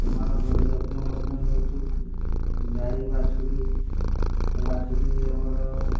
ସେମାନଙ୍କର ଯତ୍ନ ମଧ୍ୟ ନେଉଛୁ ଗାଈ ବାଛୁରୀ ସେ ବାଛୁରୀ ଆମର